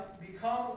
become